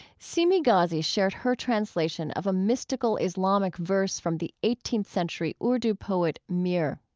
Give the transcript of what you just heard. seemi ghazi shares her translation of a mystical islamic verse from the eighteenth century urdu poet mir.